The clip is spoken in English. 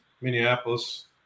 Minneapolis